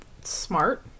smart